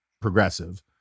progressive